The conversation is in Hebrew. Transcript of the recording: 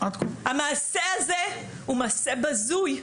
המעשה הזה הוא מעשה בזוי,